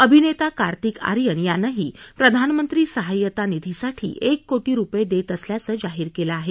अभिनेता कार्तिक आर्यन यानंही प्रधानमंत्री सहाय्यता निधीसाठी एक कोटी रुपये देत असल्याचं जाहीर केलं आहे